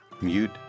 mute